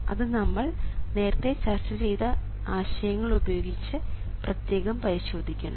അത് നമ്മൾ നേരത്തെ ചർച്ച ചെയ്ത ആശയങ്ങൾ ഉപയോഗിച്ച് പ്രത്യേകം പരിശോധിക്കണം